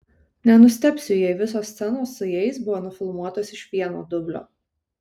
nenustebsiu jei visos scenos su jais buvo nufilmuotos iš vieno dublio